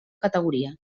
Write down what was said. categoria